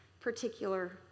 particular